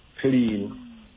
clean